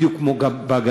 בדיוק כמו גם בגליל.